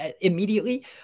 immediately